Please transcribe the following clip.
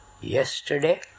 Yesterday